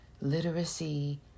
literacy